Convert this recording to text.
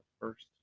first